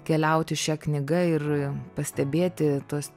keliauti šia knyga ir pastebėti tuos